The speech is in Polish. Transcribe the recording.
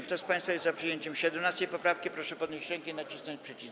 Kto z państwa jest za przyjęciem 17. poprawki, proszę podnieść rękę i nacisnąć przycisk.